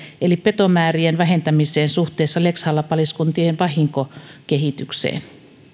eli petomäärien vähentämiseen suhteessa lex halla paliskuntien vahinkokehitykseen